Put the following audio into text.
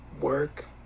work